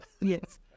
Yes